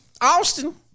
Austin